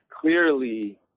clearly